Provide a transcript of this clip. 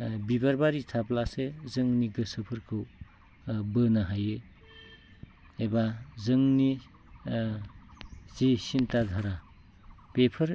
बिबार बारि थाब्लासो जोंनि गोसोफोरखौ बोनो हायो एबा जोंनि जि सिन्था धारा बेफोर